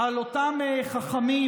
על אותם חכמים,